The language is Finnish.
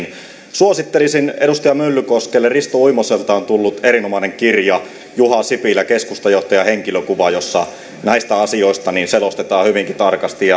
suosittelisin edustaja myllykoskelle risto uimoselta on tullut erinomainen kirja juha sipilä keskustajohtajan henkilökuva jossa näistä asioista selostetaan hyvinkin tarkasti